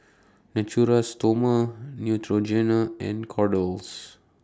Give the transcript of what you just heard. Natura Stoma Neutrogena and Kordel's